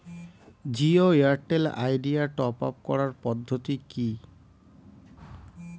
Jio Airtel Idea top up করার পদ্ধতি কি?